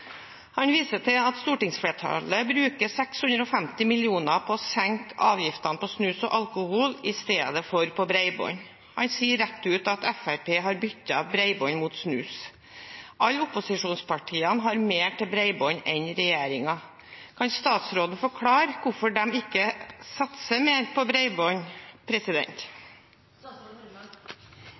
Han viser til at stortingsflertallet bruker 650 mill. kr på å senke avgiftene på snus og alkohol i stedet for å øke støtten til bredbånd. Han sier rett ut at Fremskrittspartiet har byttet bredbånd mot snus. Alle opposisjonspartiene har mer til bredbånd enn regjeringen. Kan statsråden forklare hvorfor de ikke satser mer på